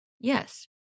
Yes